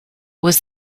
was